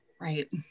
Right